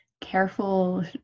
careful